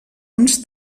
uns